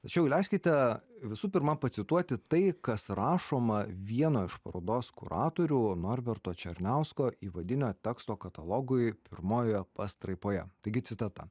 tačiau leiskite visų pirma pacituoti tai kas rašoma vieno iš parodos kuratorių norberto černiausko įvadinio teksto katalogui pirmojoje pastraipoje taigi citata